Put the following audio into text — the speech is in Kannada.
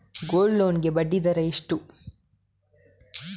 ಗೋಲ್ಡ್ ಲೋನ್ ಗೆ ಬಡ್ಡಿ ದರ ಎಷ್ಟು?